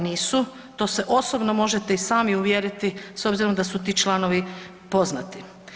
Nisu, to se osobno možete i sami uvjeriti s obzirom da su ti članovi poznati.